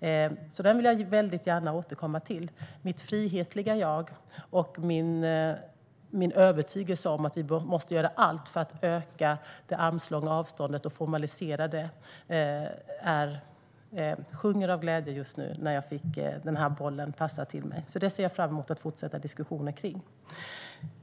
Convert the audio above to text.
Detta vill jag alltså väldigt gärna återkomma till. Mitt frihetliga jag och min övertygelse att vi måste göra allt för att öka det armslånga avståndet och formalisera det sjunger just nu av glädje, när jag fick den här bollen passad till mig. Jag ser fram emot att fortsätta diskussionen kring detta.